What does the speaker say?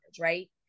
right